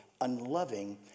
Unloving